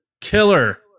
killer